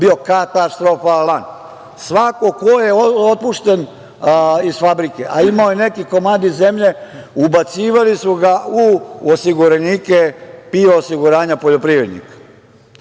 bio katastrofalan. Svako ko je otpušten iz fabrike, a imao je neki komadić zemlje, ubacivali su ga u osiguranike PIO osiguranja poljoprivrednika,